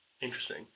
Interesting